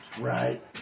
right